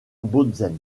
bautzen